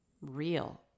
real